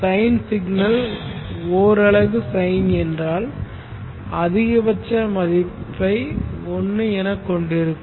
sign signal ஓர் அலகு sine என்றால் அதிகபட்ச மதிப்பை 1 என கொண்டிருக்கும்